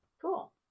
cool